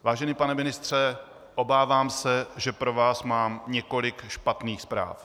Vážený pane ministře, obávám se, že pro vás mám několik špatných zpráv.